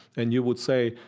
and you would say,